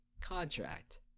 contract